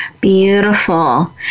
Beautiful